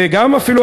וגם אפילו,